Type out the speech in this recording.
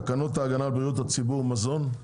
תקנות ההגנה על בריאות הציבור (מזון),